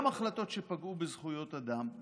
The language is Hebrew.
גם החלטות שפגעו בזכויות אדם.